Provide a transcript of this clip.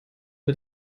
mit